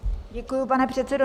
Děkuji, pane předsedo.